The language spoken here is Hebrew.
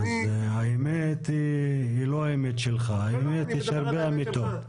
האמת היא לא האמת שלך, האמת יש הרבה אמיתות.